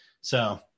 So-